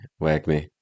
Wagme